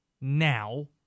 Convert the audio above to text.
now